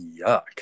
Yuck